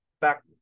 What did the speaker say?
Back